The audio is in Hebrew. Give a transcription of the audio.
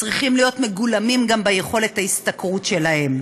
צריכים להיות מגולמים גם ביכולת ההשתכרות שלהם,